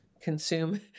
consume